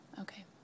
Okay